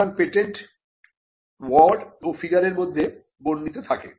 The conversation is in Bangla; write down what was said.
সুতরাং পেটেন্ট ওয়ার্ড ও ফিগারের মধ্যে বর্ণিত থাকে